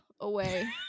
away